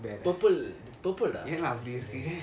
purple purple lah